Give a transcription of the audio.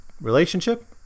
relationship